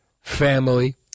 family